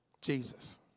Jesus